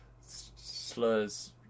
slurs